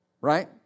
Right